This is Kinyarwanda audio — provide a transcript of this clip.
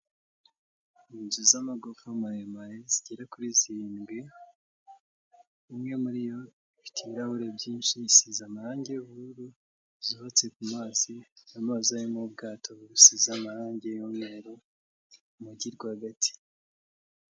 Inzu z'amagorofa maremare zigera kuri zirindwi, imwe muri yo ifite ibirahure byinshi, isize amarangi y'ubururu, zubatse ku mazi. Amazi arimo ubwato busize amarangi y'umweru, mu mujyi rwagati.